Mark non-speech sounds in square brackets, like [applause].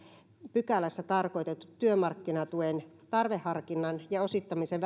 pykälässä tarkoitetut työmarkkinatuen tarveharkinnan ja osittamisen [unintelligible]